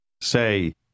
Say